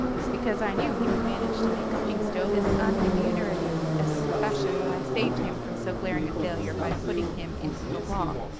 it's because i knew he would manage to make cooking-stoves as unremunerative as a profession that i saved him from so glaring a failure by putting him into the law.